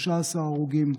13 הרוגים,